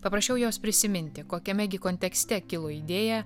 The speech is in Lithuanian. paprašiau jos prisiminti kokiame gi kontekste kilo idėja